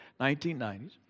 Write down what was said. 1990s